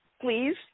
Please